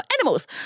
animals